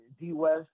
D-West